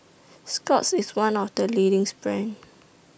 Scott's IS one of The leading brands